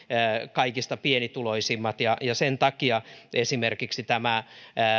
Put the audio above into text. kaikista pienituloisimmat ja sen takia esimerkiksi tämä